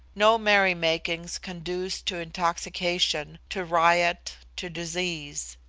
no merry-makings conduced to intoxication, to riot, to disease.